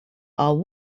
are